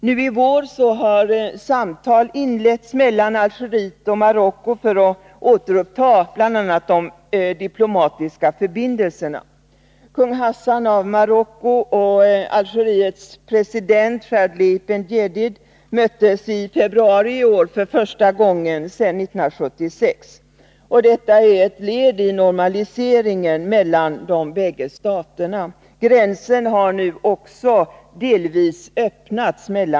Nu i vår har samtal inletts mellan Algeriet och Marocko bl.a. för att återuppta de diplomatiska förbindelserna. Kung Hassan av Marocko och Algeriets president Bendjedid Chadli möttes i februari i år för första gången sedan 1976. Detta är ett led i normaliseringen mellan de båda staterna. Gränsen mellan länderna har nu också delvis öppnats.